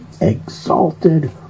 exalted